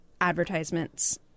advertisements